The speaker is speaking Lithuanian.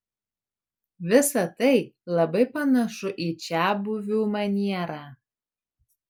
visa tai labai panašu į čiabuvių manierą